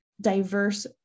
diverse